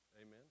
Amen